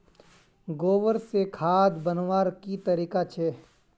गोबर से खाद बनवार की तरीका छे?